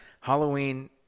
Halloween